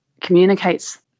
communicates